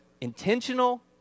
intentional